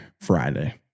Friday